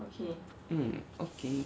mm okay